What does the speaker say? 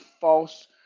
false